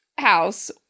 house